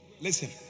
Listen